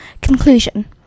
Conclusion